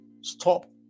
stop